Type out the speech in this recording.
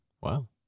Wow